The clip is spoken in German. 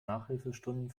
nachhilfestunden